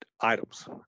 items